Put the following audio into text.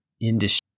industry